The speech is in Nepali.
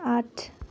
आठ